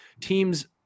teams –